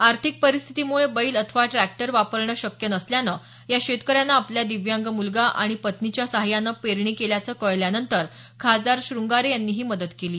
आर्थिक परिस्थितीमुळे बैल अथवा ट्रॅक्टर वापरण शक्य नसल्यानं या शेतकऱ्यानं आपल्या दिव्यांग मुलगा आणि पत्नीच्या सहाय्यानं पेरणी केल्याचं कळल्यानंतर खासदार शृंगारे यांनी मदत केली आहे